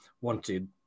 wanted